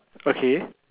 okay